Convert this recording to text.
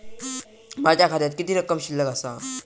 माझ्या खात्यात किती रक्कम शिल्लक आसा?